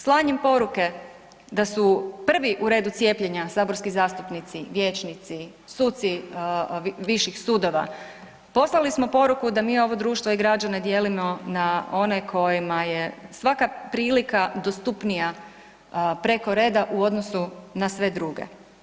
Slanjem poruke da su prvi u redu cijepljenja saborski zastupnici, vijećnici, suci viših sudova poslali smo poruku da mi ovo društvo i građane dijelimo na one kojima je svaka prilika dostupnija preko reda u odnosu na sve druge.